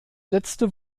letzte